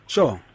Sure